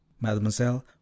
mademoiselle